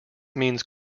means